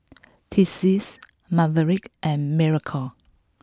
Tessie Maverick and Miracle